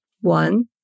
One